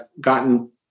gotten